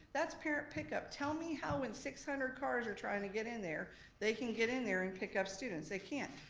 that's parent pickup. tell me how when six hundred cars are trying to get in there they can get in there and pick up students. they can't.